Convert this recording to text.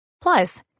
Plus